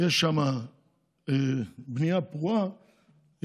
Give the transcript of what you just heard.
יש שם בנייה פרועה,